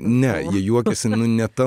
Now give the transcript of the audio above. ne jie juokėsi nu ne ta